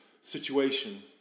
situation